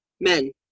men